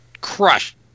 crushed